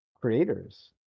creators